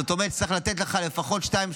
זאת אומרת שצריך לתת לך לפחות שתיים,